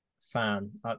fan